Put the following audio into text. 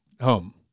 home